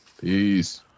Peace